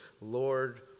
Lord